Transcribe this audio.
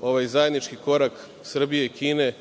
ovaj zajednički korak Srbije i Kine,